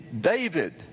David